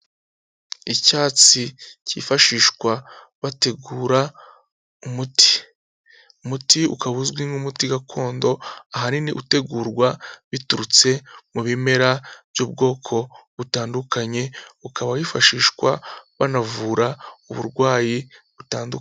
Icyatsi cyifashishwa bategura umuti, umuti ukaba uzwi nk'umuti gakondo ahanini utegurwa biturutse mu bimera by'ubwoko butandukanye, ukaba wifashishwa banavura uburwayi butandukanye.